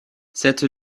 cette